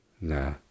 Nah